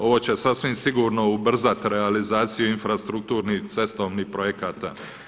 Ovo će sasvim sigurno ubrzati realizaciju infrastrukturnih, cestovnih projekata.